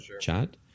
chat